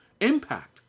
impact